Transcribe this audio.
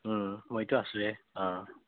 মইতো আছোঁৱে অঁ